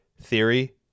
Theory